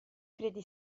credi